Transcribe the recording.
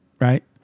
right